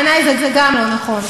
בעיני זה גם לא נכון.